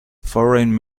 foreign